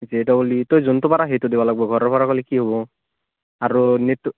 J double E তই যোনটো পাৰ সেইটো দিব লাগিব ঘৰৰ পৰা ক'লে কি হ'ব আৰু নীটটো